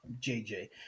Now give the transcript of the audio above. JJ